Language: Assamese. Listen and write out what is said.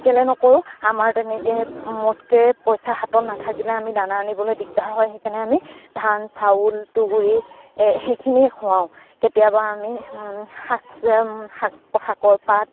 কেলে নকৰোঁ আমাৰ তেনেকে মুঠকে পইচা হাতত নাথাকিলে আমি দানা আনিবলে দিগদাৰ হয় সেইকাৰণে আমি ধান চাউল তুঁহগুড়ি সেইখিনিয়ে খোৱাওঁ কেতিয়াবা আমি শাক শাকৰ পাত